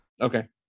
Okay